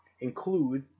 include